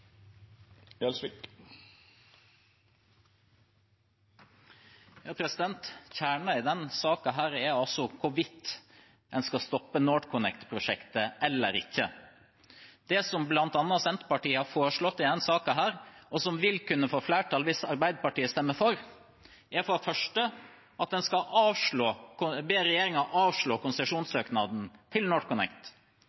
Kjernen i denne saken er hvorvidt en skal stoppe NorthConnect-prosjektet eller ikke. Det som bl.a. Senterpartiet har foreslått i denne saken, og som vil kunne få flertall hvis Arbeiderpartiet stemmer for, er for det første at en skal be regjeringen om å avslå